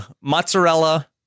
mozzarella